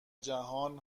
جهان